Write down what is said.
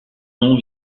nom